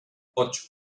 ocho